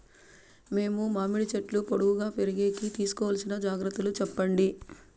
మేము మామిడి చెట్లు పొడువుగా పెరిగేకి తీసుకోవాల్సిన జాగ్రత్త లు చెప్పండి?